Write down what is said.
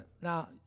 now